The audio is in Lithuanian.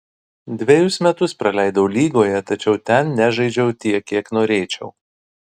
dvejus metus praleidau lygoje tačiau ten nežaidžiau tiek kiek norėčiau